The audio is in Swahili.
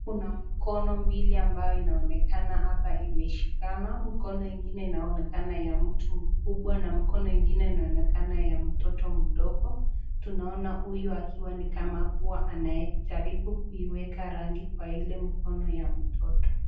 Hapo Kuna mkono mbili ambayo inaonekana imeshika. Mkono ingine inaonekana ya mtu mkubwa na mkono ingine inaonekana ya mtoto mdogo , tunaona huyu anajaribu kuiweka rangi kwa Ile mkono ya mtoto.